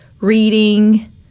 reading